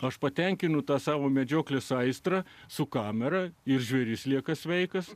aš patenkinu tą savo medžioklės aistrą su kamera ir žvėris lieka sveikas